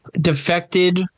defected